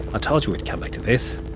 i told you we'd come back to this!